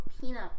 peanut